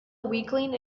weakling